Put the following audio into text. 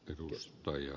puhemies